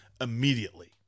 immediately